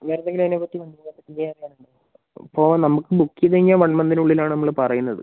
വേറെ എന്തെങ്കിലും അതിനെ പറ്റി നമുക്ക് എന്ത് അറിയാൻ ഉണ്ടോ ഇപ്പോൾ നമുക്ക് ബുക്ക് ചെയ്ത് കഴിഞ്ഞാൽ വൺ മന്തിന് ഉള്ളിൽ ആണ് നമ്മള് പറയുന്നത്